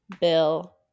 bill